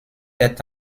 est